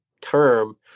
term